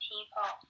People